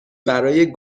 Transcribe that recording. برای